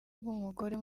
bw’umugore